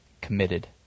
committed